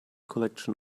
collection